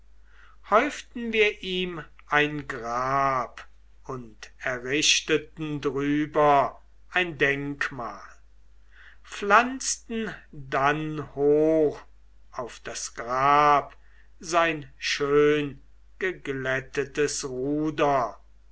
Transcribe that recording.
häuften wir ihm ein grab und errichteten drüber ein denkmal pflanzten dann hoch auf das grab sein schöngeglättetes ruder